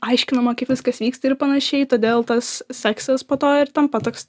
aiškinama kaip viskas vyksta ir panašiai todėl tas seksas po to ir tampa toks